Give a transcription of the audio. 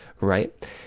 right